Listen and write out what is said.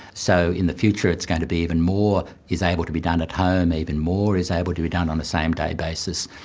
so in the future it's going to be even more is able to be done at home, even more is able to be done on a same-day basis.